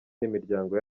n’imiryango